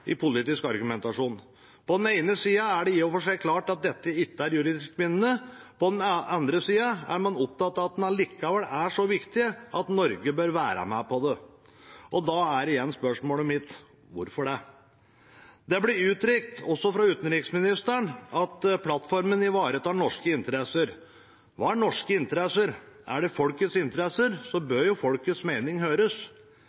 i politisk argumentasjon. På den ene siden er det i og for seg klart at dette ikke er juridisk bindende. På den andre siden er man opptatt av at den allikevel er så viktig at Norge bør være med på det. Da er igjen mitt spørsmål: Hvorfor det? Det blir uttrykt, også fra utenriksministeren, at plattformen ivaretar norske interesser. Hva er norske interesser? Er det folkets interesser,